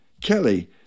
Kelly